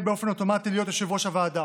באופן אוטומטי להיות יושב-ראש הוועדה.